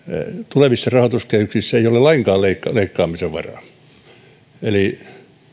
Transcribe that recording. tulevissa rahoituskehyksissä ei ole lainkaan leikkaamisen varaa eli